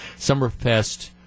Summerfest